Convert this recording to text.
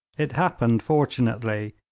it happened fortunately,